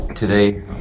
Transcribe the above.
Today